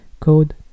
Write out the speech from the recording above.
Code